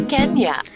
Kenya